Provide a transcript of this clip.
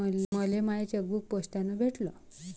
मले माय चेकबुक पोस्टानं भेटल